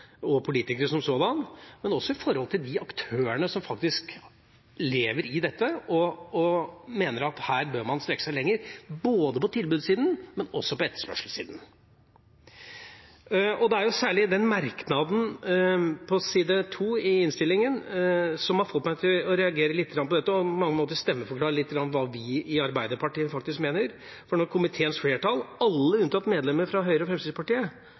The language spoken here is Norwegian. og politikere som sådan, men også for de aktørene som lever i dette – og mener at her bør man strekke seg lenger, både på tilbudssiden og på etterspørselssiden. Det er særlig den merknaden på side 2 i innstillinga som har fått meg til å reagere litt på dette, og jeg vil gi en liten stemmeforklaring om hva vi i Arbeiderpartiet mener: «Komiteens flertall, alle unntatt medlemmene fra Høyre og Fremskrittspartiet,